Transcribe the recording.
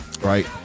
Right